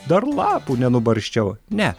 dar lapų nenubarsčiau ne